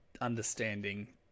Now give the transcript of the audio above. understanding